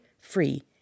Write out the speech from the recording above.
free